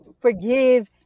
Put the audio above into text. forgive